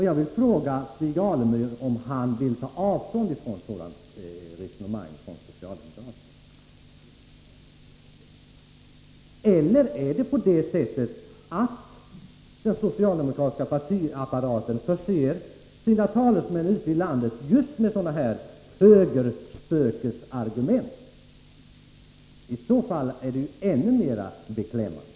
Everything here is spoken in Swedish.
Jag vill fråga Stig Alemyr om han vill ta avstånd från sådana resonemang av socialdemokrater — eller är det på det sättet att den socialdemokratiska partiapparaten förser sina talesmän ute i landet med just sådana här högerspökesargument? I så fall är det ännu mer beklämmande.